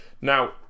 now